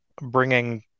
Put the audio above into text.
bringing